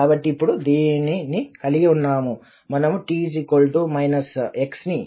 కాబట్టి ఇప్పుడు దీనిని కలిగి ఉన్నాము మనము t x ని